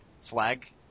flag